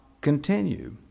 continue